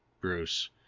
Bruce